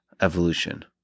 evolution